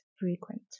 frequent